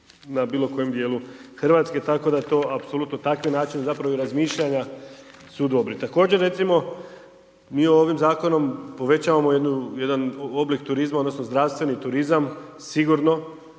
na bilo kojem dijelu Hrvatske, tako da to apsolutno takvi načini zapravo i razmišljanja su dobri. Također recimo, mi ovim zakonom povećavamo jedan oblik turizma, odnosno zdravstveni turizam sigurno